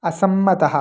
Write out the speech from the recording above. असम्मतः